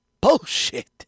bullshit